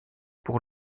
pour